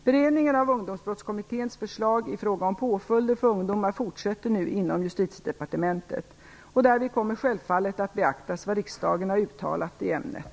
Beredningen av Ungdomsbrottskommitténs förslag i fråga om påföljder för ungdomar fortsätter nu inom Justitiedepartementet. Därvid kommer självfallet att beaktas vad riksdagen har uttalat i ämnet.